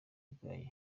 bwayo